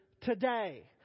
today